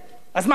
אז מה הם עושים?